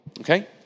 Okay